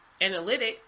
analytics